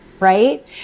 Right